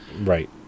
right